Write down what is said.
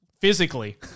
physically